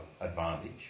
advantage